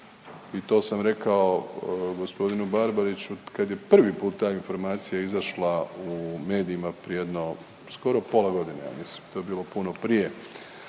i to sam rekao g. Barbariću kad je prvi put ta informacija izašla u medijima prije jedno skoro pola godine ja mislim, to je bilo puno prije